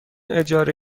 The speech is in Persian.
اجاره